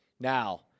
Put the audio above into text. Now